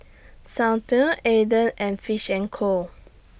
Soundteoh Aden and Fish and Co